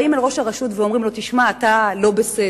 באים אל ראש הרשות ואומרים לו: תשמע, אתה לא בסדר.